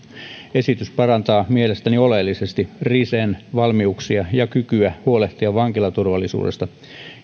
esitys parantaa mielestäni oleellisesti risen valmiuksia ja kykyä huolehtia vankilaturvallisuudesta